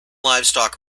livestock